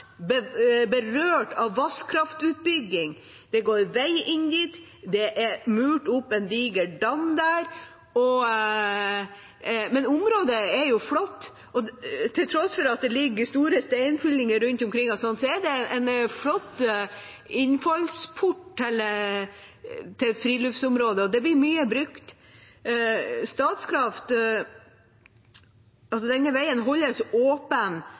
berørt av vannkraftutbygging. Det går vei inn dit, det er murt opp en diger dam der, men området er flott. Til tross for at det ligger store steinfyllinger rundt omkring, er det en flott innfallsport til et friluftsområde, og det er mye brukt. Denne veien holdes åpen